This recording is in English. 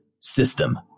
system